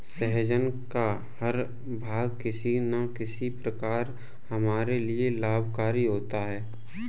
सहजन का हर भाग किसी न किसी प्रकार हमारे लिए लाभकारी होता है